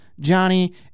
Johnny